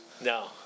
No